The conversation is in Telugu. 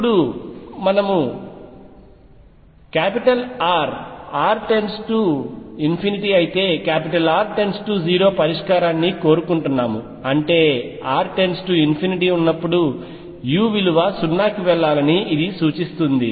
ఇప్పుడు మనము Rr→∞→0పరిష్కారాన్ని కోరుకుంటున్నాము అంటే r →∞ఉన్నప్పుడు u విలువ 0 కి వెళ్లాలని సూచిస్తుంది